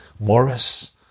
Morris